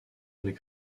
des